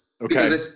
Okay